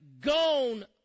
gone